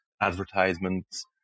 advertisements